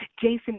Jason